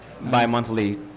bi-monthly